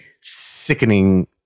sickening